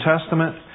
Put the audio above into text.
Testament